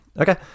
Okay